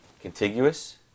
contiguous